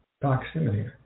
Proximity